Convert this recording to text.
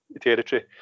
territory